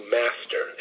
master